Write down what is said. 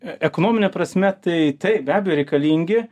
ekonomine prasme tai taip be abejo reikalingi